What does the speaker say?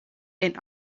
and